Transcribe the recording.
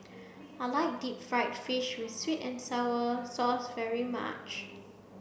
I like deep fried fish with sweet and sour sauce very much